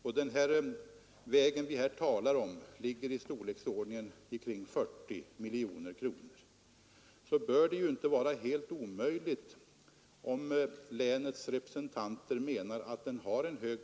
Vägen som vi här talar om ligger i storleksordningen 40 miljoner kronor.